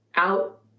out